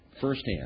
firsthand